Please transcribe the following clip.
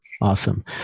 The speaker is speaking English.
awesome